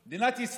חקלאות,